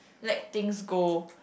let things go